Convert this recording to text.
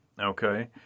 okay